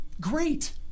Great